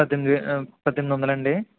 పద్దెనిమిది వేలు పద్దెనిమిది వందలా అండి